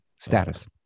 status